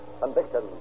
Conviction